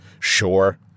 Sure